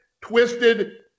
twisted